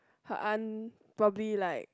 her aunt probably like